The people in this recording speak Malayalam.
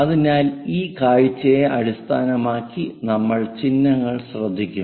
അതിനാൽ ഈ കാഴ്ചയെ അടിസ്ഥാനമാക്കി നമ്മൾ ചിഹ്നങ്ങൾ ശ്രദ്ധിക്കും